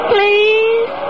Please